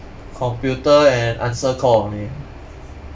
computer and answer call only